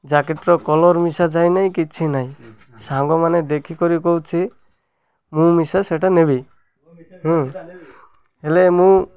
ଜ୍ୟାକେଟ୍ର କଲର୍ ମିଶାାଯାଏ ନାହିଁ କିଛି ନାହିଁ ସାଙ୍ଗମାନେ ଦେଖିକରି କହୁଛି ମୁଁ ସେଟା ନେବି ହେଲେ ମୁଁ